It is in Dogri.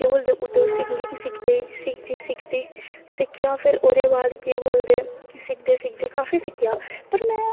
केह् बोलदे उध्दर सिंगिंग सिखदी सिखदी सिखदी सिक्खेआ फिर ओह्ॅदे बाद केह् बोलदे सिखदे सिखदे काफी सिक्खेआ पर में